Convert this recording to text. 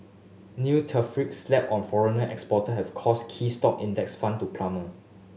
new tariffs slapped on foreign exporter have caused key stock index fund to plummet